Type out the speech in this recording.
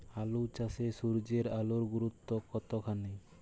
আলু চাষে সূর্যের আলোর গুরুত্ব কতখানি?